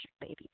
baby